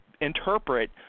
interpret